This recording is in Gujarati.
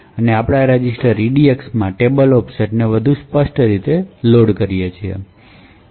પછી આપણે આ રજિસ્ટર EDX માં ટેબલમાં ઓફસેટ ને વધુ સ્પષ્ટ રીતે લોડ કરીએ છીએ